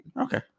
Okay